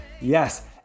Yes